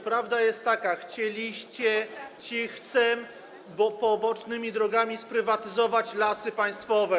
Prawda jest taka, że chcieliście cichcem, pobocznymi drogami sprywatyzować Lasy Państwowe.